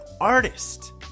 artist